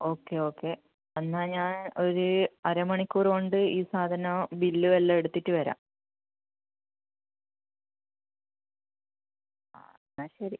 okay okay എന്നാൽ ഞാൻ ഒരു അര മണിക്കൂർ കൊണ്ട് ഈ സാധനവും ബില്ലും എല്ലാം എടുത്തിട്ട് വരാം എന്നാൽ ശരി